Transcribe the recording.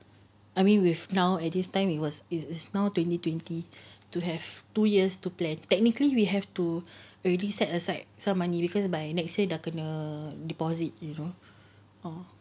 I mean with now at this time it was is now twenty twenty to have two years to plan technically we have to already set aside some money because by next year dah kena deposit you know or